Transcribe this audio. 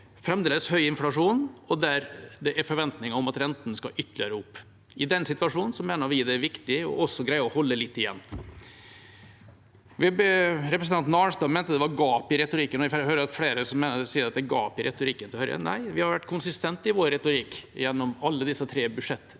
fremdeles er høy inflasjon, og der det er en forventning om at renten skal ytterligere opp. I den situasjonen mener vi det er viktig også å greie å holde litt igjen. Representanten Arnstad mente at det var gap i retorikken, og jeg får høre at flere sier at det er gap i retorikken til Høyre. Nei, vi har vært konsistente i vår retorikk gjennom alle disse tre budsjettrundene.